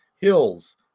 hills